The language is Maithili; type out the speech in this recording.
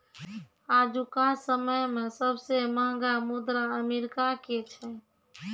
आजुका समय मे सबसे महंगा मुद्रा अमेरिका के छै